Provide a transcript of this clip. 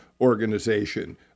organization